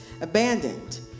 abandoned